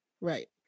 right